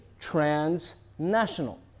transnational